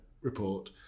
report